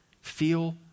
feel